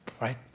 Right